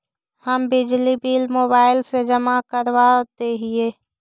हम बिजली bill mobile से जमा करवा देहियै?